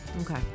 Okay